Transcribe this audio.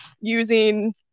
using